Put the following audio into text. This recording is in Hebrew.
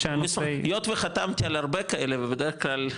היות וחתמתי על הרבה כאלה ובדרך כלל,